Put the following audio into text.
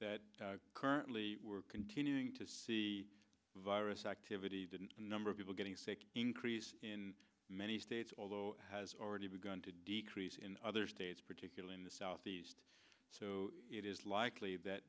that currently we're continuing to see virus activity didn't the number of people getting sick increased in many states although it has already begun to decrease in other states particularly in the southeast so it is likely that